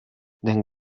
den